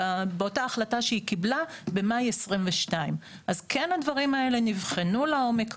באותה החלטה שהיא קיבלה במאי 2022. אז כן הדברים האלה נבחנו לעומק,